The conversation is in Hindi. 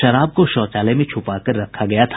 शराब को शौचालय में छुपा कर रखा गया था